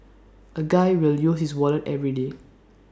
A guy will use his wallet everyday